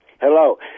hello